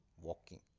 walking